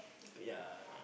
ya